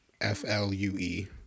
F-L-U-E